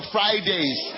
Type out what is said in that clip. Fridays